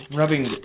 rubbing